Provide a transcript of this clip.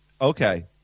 Okay